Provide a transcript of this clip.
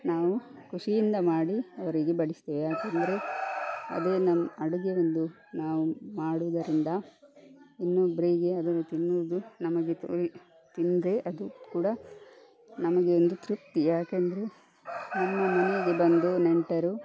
ನಾವು ಖುಷಿಯಿಂದ ಮಾಡಿ ಅವರಿಗೆ ಬಡಿಸ್ತೇವೆ ಯಾಕಂದರೆ ಅದೇ ನಮ್ಮ ಅಡುಗೆ ಒಂದು ನಾವು ಮಾಡೋದರಿಂದ ಇನ್ನೊಬ್ಬರಿಗೆ ಅದನ್ನು ತಿನ್ನೋದು ನಮಗೆ ತಿಂದರೆ ಅದು ಕೂಡ ನಮಗೆ ಒಂದು ತೃಪ್ತಿ ಯಾಕೆಂದರೆ ನಮ್ಮ ಮನೆಗೆ ಬಂದು ನೆಂಟರು